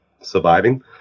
surviving